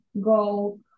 go